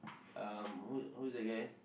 um who who's that guy